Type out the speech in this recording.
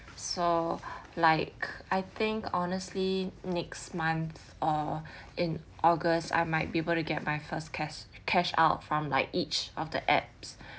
so like I think honestly next month or in august I might be able to get my first cas~ cash out from like each of the apps